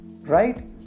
right